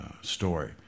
story